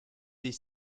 des